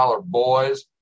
boys